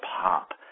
pop